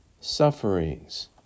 sufferings